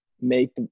make